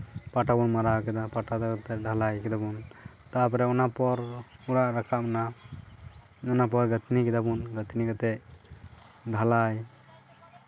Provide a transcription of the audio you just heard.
ᱯᱟᱴᱟᱵᱚᱱ ᱢᱟᱨᱟᱣ ᱠᱮᱫᱟ ᱯᱟᱴᱟ ᱫᱚ ᱮᱱᱛᱮᱫ ᱰᱷᱟᱞᱟᱭ ᱠᱮᱫᱟᱵᱚᱱ ᱛᱟᱨᱯᱚᱨᱮ ᱚᱱᱟ ᱯᱚᱨ ᱚᱲᱟᱜ ᱨᱟᱠᱟᱵ ᱮᱱᱟ ᱚᱱᱟ ᱯᱚᱨ ᱜᱟᱹᱛᱷᱱᱤ ᱠᱮᱫᱟ ᱵᱚᱱ ᱜᱟᱹᱛᱷᱱᱤ ᱠᱟᱛᱮᱫ ᱰᱷᱟᱞᱟᱭ